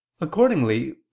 accordingly